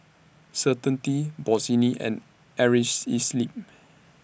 Certainty Bossini and